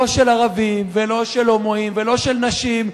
לא של ערבים ולא של הומואים ולא של נשים,